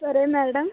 సరే మేడం